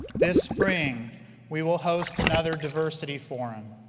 this spring we will host another diversity forum.